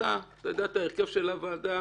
אתה יודע את ההרכב של הוועדה